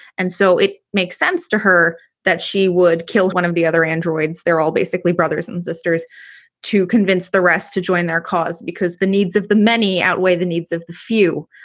and so it makes sense to her that she would kill one of the other androids. they're all basically brothers and sisters to convince the rest to join their cause because the needs of the many outweigh the needs of a few.